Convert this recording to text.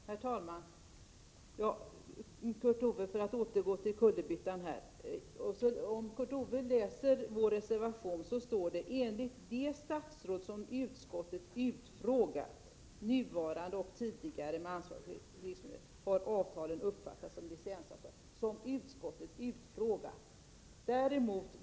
Herr talman! Om Kurt Ove Johansson -— för att återgå till kullerbyttan — läser vår reservation skall han finna att där står: ”Enligt de statsråd som utskottet utfrågat — nuvarande och tidigare med ansvar för krigsmaterielexport — har avtalen uppfattats som licensavtal ——.” Jag betonar att vi skrivit ”de statsråd som utskottet utfrågat”.